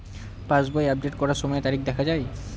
পাসবই update করার সময়ে তারিখ দেখা য়ায়?